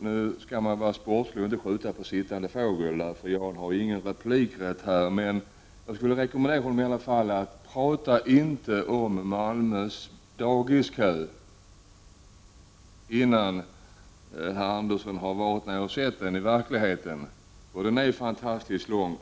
Nu skall man vara sportslig och inte skjuta på sittande fågel — Jan Andersson har nu ingen replikrätt. Men jag skulle i alla fall vilja rekommendera honom att inte prata om Malmös dagiskö innan han har varit där nere och sett den i verkligheten. Den är faktiskt lång.